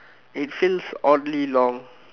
it feels oddly long